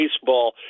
baseball